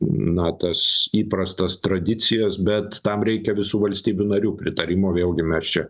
na tas įprastas tradicijas bet tam reikia visų valstybių narių pritarimo vėlgi mes čia